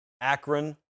Akron